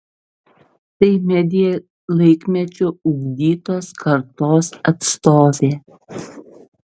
tai media laikmečio ugdytos kartos atstovė